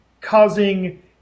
causing